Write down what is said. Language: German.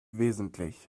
wesentlich